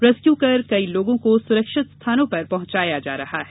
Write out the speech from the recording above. rescue कर कई लोगों को सुरक्षित स्थानों पर पहुंचाया जा रहा है